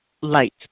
light